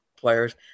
players